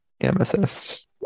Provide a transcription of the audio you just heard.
amethyst